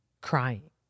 crying